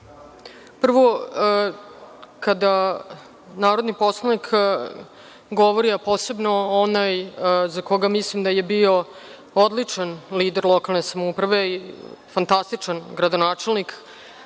puno. Prvo, kada narodni poslanik govori, a posebno onaj za koga mislim da je bio odličan lider lokalne samouprave i fantastičan gradonačelnik,